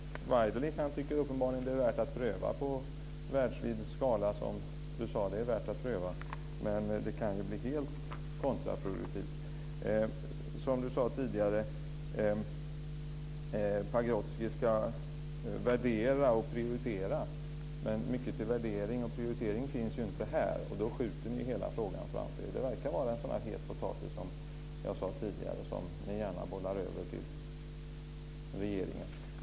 Waidelich tycker uppenbarligen att det är värt att pröva i världsvid skala. Han sade: Det är värt att pröva. Men det kan ju bli helt kontraproduktivt. Som Tommy Waidelich sade tidigare ska Pagrotsky värdera och prioritera. Men mycket till värdering och prioritering finns inte här. Då skjuter ni hela frågan framför er. Det verkar vara en sådan het potatis, som jag sade tidigare, som ni gärna bollar över till regeringen.